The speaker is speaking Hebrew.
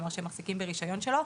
כלומר שמחזיקים ברישיון שלו,